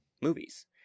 movies